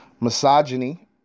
misogyny